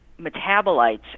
metabolites